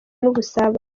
n’ubusabane